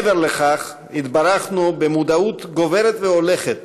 מעבר לכך, התברכנו במודעות גוברת והולכת